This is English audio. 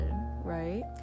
right